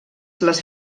les